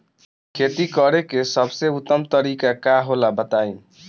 खेती करे के सबसे उत्तम तरीका का होला बताई?